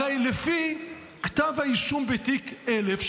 הרי לפי כתב האישום בתיק 1000,